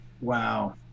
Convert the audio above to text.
Wow